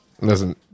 Listen